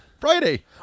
Friday